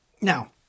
Now